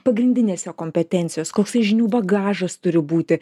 pagrindinės jo kompetencijos koksai žinių bagažas turi būti